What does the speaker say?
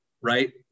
right